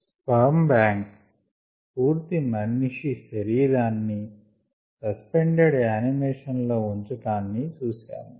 sperm bank పూర్తి మనిషి శరీరాన్ని సస్పెండెడ్ యానిమేషన్ లో ఉంచటాన్ని చూసాము